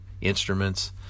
instruments